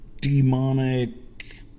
demonic